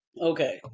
Okay